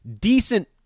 decent